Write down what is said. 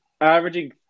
averaging